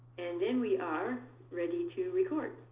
and then we are ready to record.